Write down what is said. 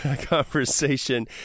conversation